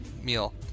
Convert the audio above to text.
meal